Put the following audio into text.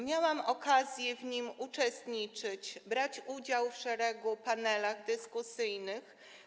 Miałam okazję w nim uczestniczyć, brać udział w wielu panelach dyskusyjnych.